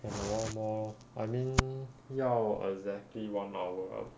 as in a while more I mean 要 exactly one hour ah